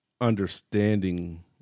understanding